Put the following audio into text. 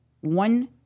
One